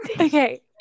Okay